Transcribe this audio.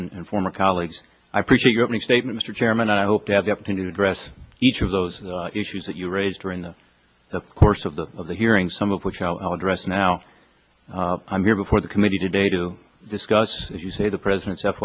friends and former colleagues i appreciate your opening statement mr chairman and i hope to have the opportunity to address each of those issues that you raised during the course of the of the hearing some of which i'll address now i'm here before the committee today to discuss as you say the residents